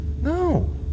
No